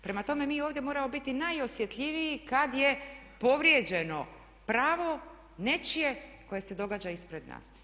Prema tome mi ovdje moramo biti najosjetljiviji kada je povrijeđeno pravo nečije koje se događa ispred nas.